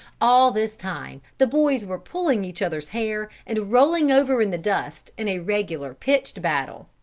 all this time the boys were pulling each other's hair, and rolling over in the dust, in a regular pitched battle.